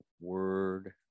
word